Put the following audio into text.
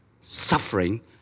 suffering